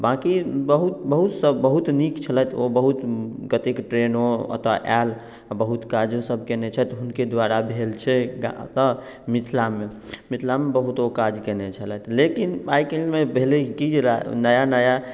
बाँकी बहुत बहुत सँ बहुत नीक छलथि ओ बहुत कतेक ट्रेनो एतए आयल आ बहुत काजो सब कयने छथि हुनके द्वारा भेल छै एतए मिथिला मे मिथिला मे बहुत ओ काज केने छलथि लेकिन आइकाल्हि मे भेलै की जे नया नया